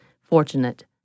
fortunate